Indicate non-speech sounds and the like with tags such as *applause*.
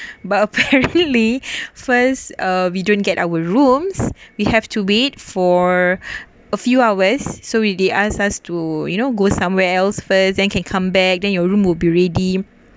but apparently *laughs* first uh we don't get our rooms we have to wait for a few hours so we they ask us to you know go somewhere else first then can come back then your room will be ready